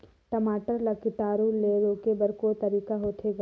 टमाटर ला कीटाणु ले रोके बर को तरीका होथे ग?